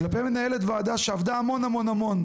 כלפי מנהלת וועדה שעבדה המון המון המון,